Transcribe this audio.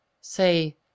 say